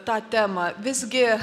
tą temą visgi